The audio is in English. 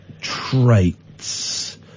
traits